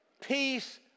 peace